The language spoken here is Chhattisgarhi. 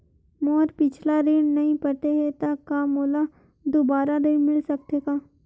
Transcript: मोर पिछला ऋण नइ पटे हे त का मोला दुबारा ऋण मिल सकथे का?